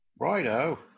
Righto